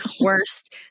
Worst